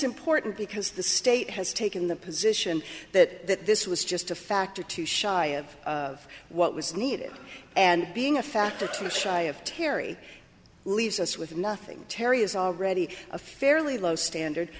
important because the state has taken the position that this was just a factor too shy of of what was needed and being a factor to the shy of terri leaves us with nothing terri is already a fairly low standard